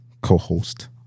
co-host